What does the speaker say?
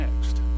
next